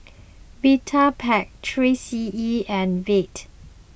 Vitapet three C E and Veet